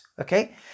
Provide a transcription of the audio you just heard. okay